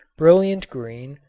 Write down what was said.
brilliant green,